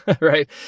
right